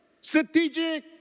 strategic